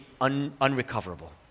unrecoverable